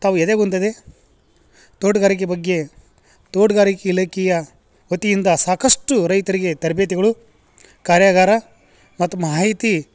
ತಾವು ಎದೆಗುಂದದೆ ತೋಟಗಾರಿಕೆ ಬಗ್ಗೆ ತೋಟಗಾರಿಕೆ ಇಲಾಖೆಯ ವತಿಯಿಂದ ಸಾಕಷ್ಟು ರೈತರಿಗೆ ತರಬೇತಿಗಳು ಕಾರ್ಯಗಾರ ಮತ್ತೆ ಮಾಹಿತಿ